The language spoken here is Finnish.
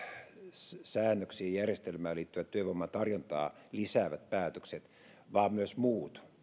säännöksiin ja järjestelmään liittyvät työvoiman tarjontaa lisäävät päätökset vai myös muut